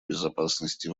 безопасности